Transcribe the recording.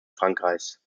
frankreichs